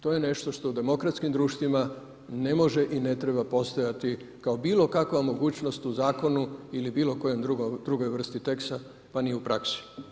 To je nešto što u demokratskim društvima ne može i ne treba postojati kao bilokakva mogućnost u zakonu ili bilokojoj drugoj vrsti teksta pa ni u praksi.